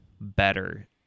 better